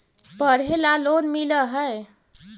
पढ़े ला लोन मिल है?